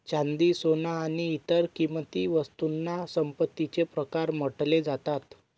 चांदी, सोन आणि इतर किंमती वस्तूंना संपत्तीचे प्रकार म्हटले जातात